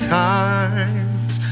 times